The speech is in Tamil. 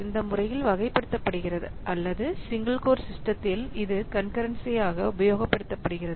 இந்த முறையில் வகைப்படுத்தப்படுகிறது அல்லது சிங்கிள் கோர் சிஸ்டத்தில் இது கன்கரென்ஸியாக உபயோகப்படுத்தப்படுகிறது